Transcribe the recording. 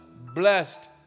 blessed